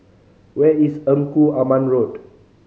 where is Engku Aman Road